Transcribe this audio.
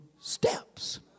steps